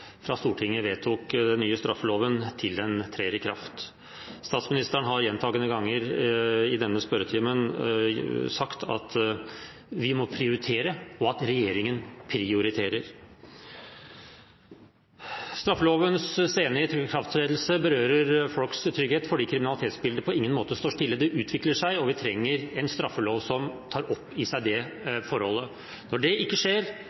fra Stortinget vedtok den nye straffeloven til den trer i kraft. Statsministeren har gjentatte ganger i denne spørretimen sagt at vi må prioritere, og at regjeringen prioriterer. Straffelovens sene ikrafttredelse berører folks trygghet fordi kriminalitetsbildet på ingen måte står stille. Det utvikler seg, og vi trenger en straffelov som tar opp i seg det forholdet. Når det ikke skjer,